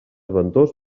ventós